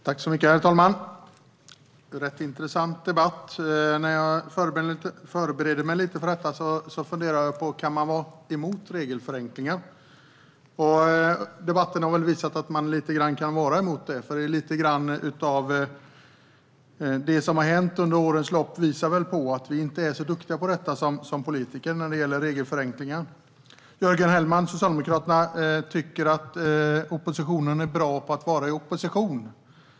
Herr talman! Det är en rätt intressant debatt. När jag förberedde mig för debatten funderade jag på om man kan vara emot regelförenklingar. Debatten har väl visat att man kan vara emot det lite grann, och det som har hänt under årens lopp visar väl på att vi inte är så duktiga på regelförenklingar som politiker. Jörgen Hellman från Socialdemokraterna tycker att oppositionen är bra på att vara i opposition.